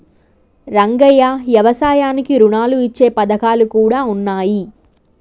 రంగయ్య యవసాయానికి రుణాలు ఇచ్చే పథకాలు కూడా ఉన్నాయి